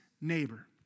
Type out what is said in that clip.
neighbor